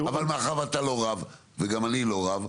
אבל מאחר ואתה לא רב וגם אני לא רב,